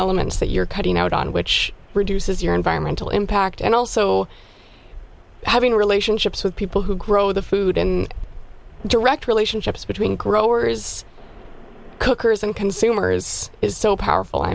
elements that you're cutting out on which reduces your environmental impact and also having relationships with people who grow the food and direct relationships between growers cookers and consumers is so powerful i